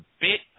bit